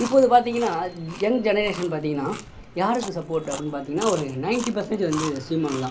இப்போது பார்த்திங்கன்னா young generation பார்த்திங்ன்னா யாருக்கு சப்போர்ட் அப்படின்னு பார்த்திங்ன்னா ஒரு நையன்ட்டி பர்சென்ட்டேஜ் வந்து சீமான் தான்